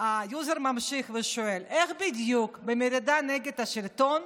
היוזר ממשיך ושואל: איך בדיוק, במרידה נגד השלטון?